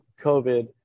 COVID